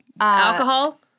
Alcohol